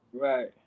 right